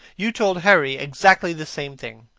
you told harry exactly the same thing.